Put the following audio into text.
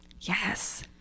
Yes